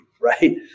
Right